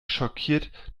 schockiert